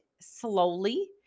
slowly